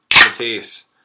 Matisse